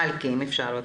מלכי, בבקשה.